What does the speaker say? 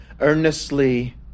earnestly